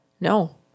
no